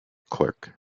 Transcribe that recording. clerk